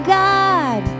god